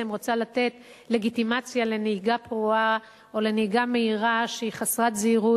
רוצה לתת לגיטימציה לנהיגה פרועה או לנהיגה מהירה שהיא חסרת זהירות,